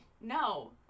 no